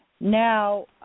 Now